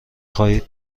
خواهید